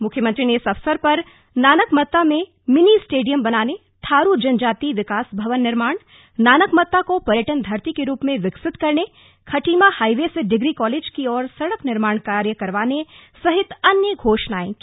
मुख्यमंत्री ने इस अवसर पर नानकमत्ता में मिनी स्टेडियम बनाने थारू जनजाति विकास भवन निर्माण नानकमत्ता को पर्यटन धरती के रूप में विकसित करने खटीमा हाईवे से डिग्री कॉलेज की ओर सड़क निर्माण कार्य करवाने सहित अनेक घोषणांए की